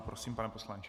Prosím, pane poslanče.